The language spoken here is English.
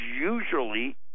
usually